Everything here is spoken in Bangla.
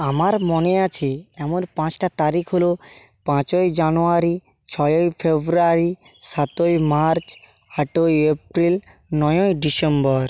আমার মনে আছে এমন পাঁচটা তারিখ হল পাঁচই জানুয়ারি ছয়ই ফেব্রুয়ারি সাতই মার্চ আটই এপ্রিল নয়ই ডিসেম্বর